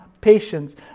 patience